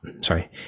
sorry